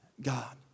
God